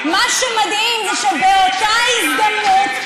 מה שמדהים זה שבאותה הזדמנות,